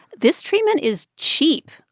this treatment is cheap,